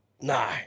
No